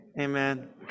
Amen